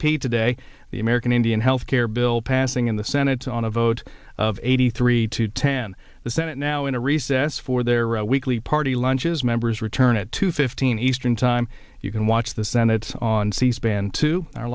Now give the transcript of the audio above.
p today the american indian health care bill passing in the senate on a vote of eighty three to ten the senate now in a recess for their weekly party lunches members return at two fifteen eastern time you can watch the senate on c span to